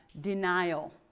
denial